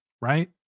right